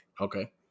Okay